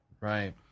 right